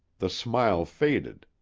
the smile faded.